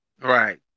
Right